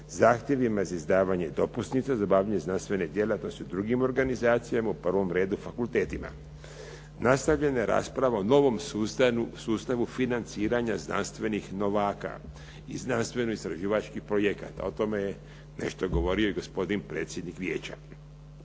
zahtjevima za izdavanje dopusnica za obavljanje znanstvene djelatnosti u drugim organizacijama u prvom redu fakultetima. Nastavljena je rasprava o novom sustavu financiranja znanstvenih novaka. I znanstveno istraživačkih projekata, o tome je nešto govorio i gospodin predsjednik Vijeća.